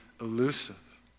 elusive